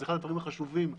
זה אחד הדברים החשובים בתקנות,